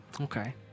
Okay